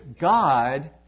God